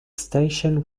station